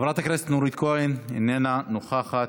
חברת הכנסת נורית קורן, איננה נוכחת.